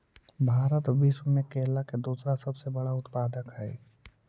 भारत विश्व में केला के दूसरा सबसे बड़ा उत्पादक हई